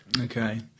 Okay